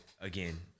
again